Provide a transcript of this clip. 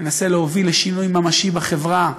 ננסה להוביל לשינוי ממשי בחברה.